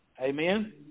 Amen